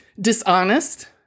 dishonest